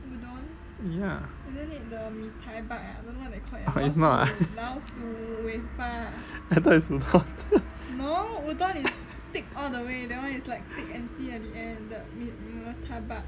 ya it's not ah I thought is